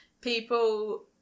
people